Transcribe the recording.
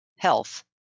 Health